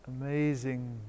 amazing